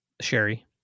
sherry